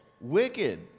Wicked